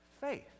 faith